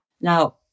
Now